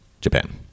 Japan